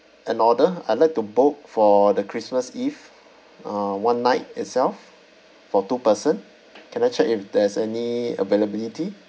an order I'd like to book for the christmas eve uh one night itself for two person can I check if there's any availability